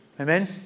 Amen